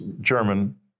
German